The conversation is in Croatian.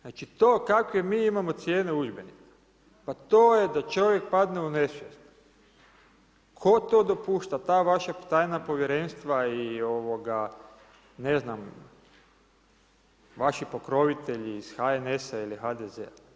Znači to kakve mi imamo cijene udžbenika, pa to je da čovjek da padne u nesvijest, tko to dopušta, ta vaša tajna povjerenstva i ne znam, vaši pokrovitelji iz HNS-a ili HDZ-a.